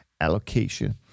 allocation